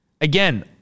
Again